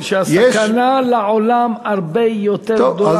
יש, האמן לי שהסכנה לעולם הרבה יותר גדולה